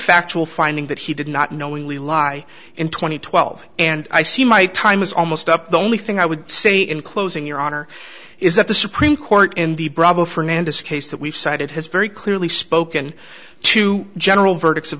factual finding that he did not knowingly lie in two thousand and twelve and i see my time is almost up the only thing i would say in closing your honor is that the supreme court in the brabo fernandez case that we've cited has very clearly spoken to general verdicts of